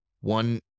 One